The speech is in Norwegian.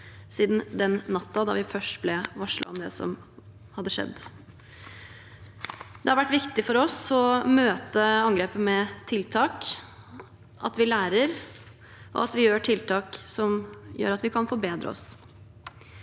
siden den natten da vi først ble varslet om det som hadde skjedd. Det har vært viktig for oss å møte angrepet med tiltak, at vi lærer, og at tiltakene gjør at vi kan forbedre oss.